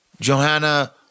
Johanna